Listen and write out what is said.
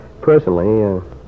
Personally